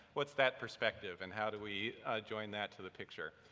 what's that perspective and how do we join that to the picture?